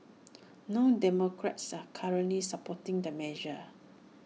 no democrats are currently supporting the measure